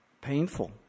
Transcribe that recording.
Painful